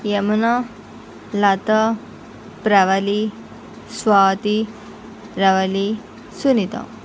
Yamuna Latha Pravali Swathi Ravali Sunitha